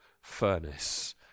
furnace